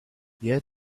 yet